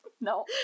No